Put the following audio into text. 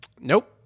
Nope